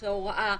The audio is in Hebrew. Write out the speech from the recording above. תומכי הוראה,